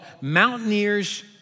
Mountaineer's